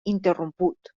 interromput